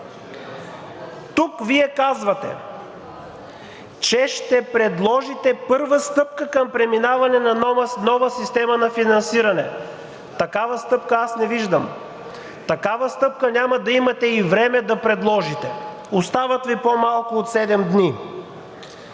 Тук Вие казвате, че ще предложите първа стъпка към преминаване на нова система на финансиране.“ Такава стъпка аз не виждам, такава стъпка няма да имате и време да предложите. Остават Ви по-малко от седем